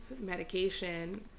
medication